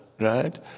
right